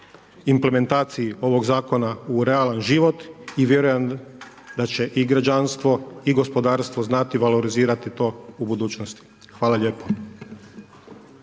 implementaciji ovog Zakona u realan život i vjerujem da će i građanstvo i gospodarstvo znati valorizirati to u budućnosti. Hvala lijepo.